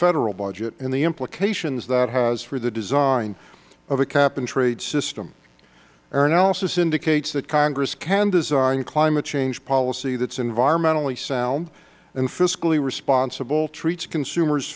federal budget and the implications that has for the design of a cap and trade system our analysis indicates that congress can design climate change policy that is environmentally sound and fiscally responsible treats consumers